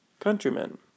countrymen